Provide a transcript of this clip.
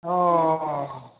औ औ